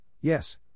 yes